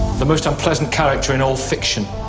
the most unpleasant character in all fiction.